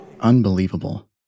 unbelievable